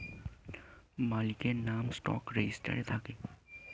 মালিকের নাম স্টক রেজিস্টারে থাকে